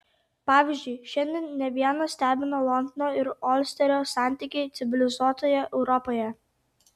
pavyzdžiui šiandien ne vieną stebina londono ir olsterio santykiai civilizuotoje europoje